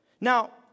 Now